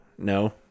No